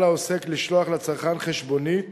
על העוסק לשלוח לצרכן חשבונית